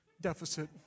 deficit